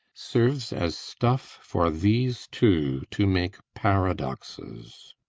serves as stuff for these two to make paradoxes.